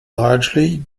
largely